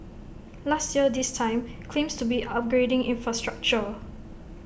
last year this time claims to be upgrading infrastructure